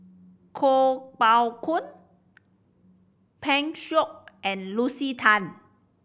Kuo Pao Kun Pan Shou and Lucy Tan